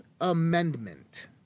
Amendment